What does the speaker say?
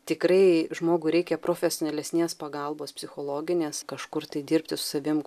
tikrai žmogui reikia profesionalesnės pagalbos psichologinės kažkur tai dirbti su savim